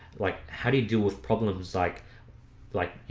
like how do you do with problems? like like, you